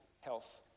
health